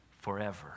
forever